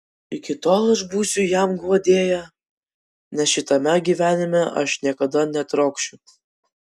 iki tol aš būsiu jam guodėja nes šitame gyvenime aš niekada netrokšiu